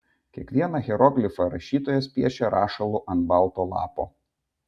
kiekvieną hieroglifą rašytojas piešia rašalu ant balto lapo